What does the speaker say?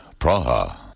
Praha